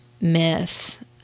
myth